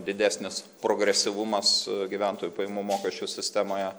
didesnis progresyvumas gyventojų pajamų mokesčių sistemoje